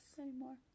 Anymore